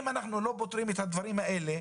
אם אנחנו לא פותרים את הדברים האלה,